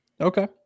Okay